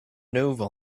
novel